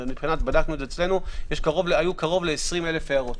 בדקנו את זה אצלנו, היו קרוב ל-20,000 הערות.